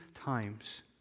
times